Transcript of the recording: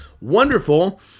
wonderful